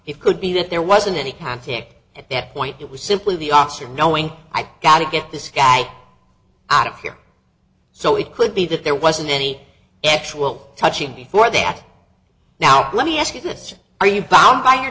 it could be that there wasn't any tactic at that point it was simply the option knowing i gotta get this guy out of here so it could be that there wasn't any actual touching before that now let me ask you this are you bound by your